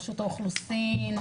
רשות האוכלוסין,